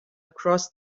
across